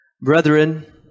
Brethren